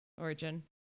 origin